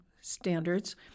standards